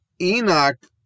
Enoch